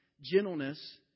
gentleness